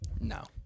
No